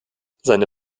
seine